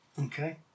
Okay